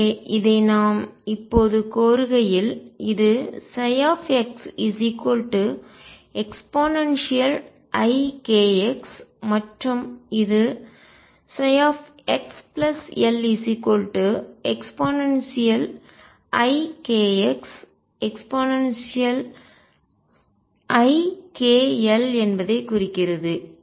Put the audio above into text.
எனவே இதை நாம் இப்போது கோருகையில் இது xeikx மற்றும் இது xLeikxeikL என்பதைக் குறிக்கிறது